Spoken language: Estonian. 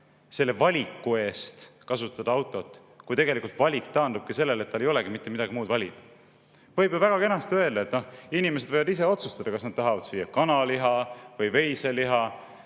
valiku eest kasutada autot, kui tegelikult valik taandubki sellele, et ei olegi mitte midagi muud valida? Võib ju väga kenasti öelda, et inimesed võivad ise otsustada, kas nad tahavad süüa kanaliha või veiseliha